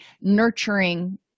nurturing